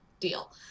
deal